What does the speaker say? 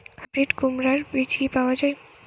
Hybrid কুমড়ার বীজ কি পাওয়া য়ায়?